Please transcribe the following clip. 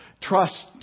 Trust